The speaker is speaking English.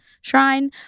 shrine